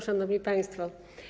Szanowni Państwo!